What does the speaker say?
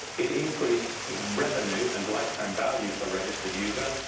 it increased revenue and lifetime value per registered user.